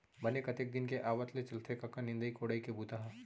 बने कतेक दिन के आवत ले चलथे कका निंदई कोड़ई के बूता ह?